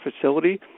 facility